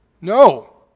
No